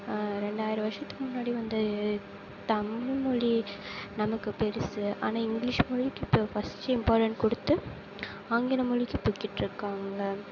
ரெண்டாயிரம் வருஷத்துக்கு முன்னாடி வந்து தமிழ்மொழி நமக்கு பெருசு ஆனால் இங்கிலிஷ் மொழிக்கு இப்போ ஃபஸ்ட் இம்பார்ட்டண்ட் கொடுத்து ஆங்கில மொழிக்கு போய்கிட்டு இருக்காங்க